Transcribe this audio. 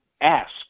ask